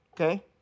okay